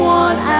one